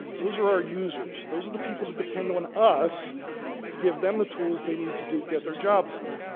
those are our users. those are the people that depend on us to give them the tools they need to do to get their job done.